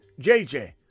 JJ